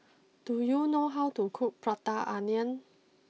do you know how to cook Prata Onion